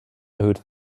erhöht